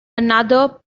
another